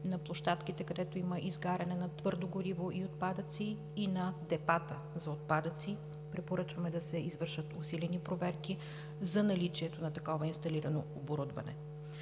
на площадките, където има изгаряне на твърдо гориво и отпадъци, и на депата за отпадъци. Препоръчваме да се извършват усилени проверки за наличието на такова инсталирано оборудване.